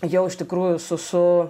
jau iš tikrųjų su su